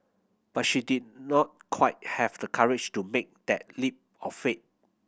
but she did not quite have the courage to make that leap of faith